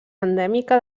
endèmica